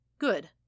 Good